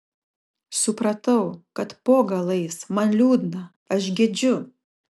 supratau kad po galais man liūdna aš gedžiu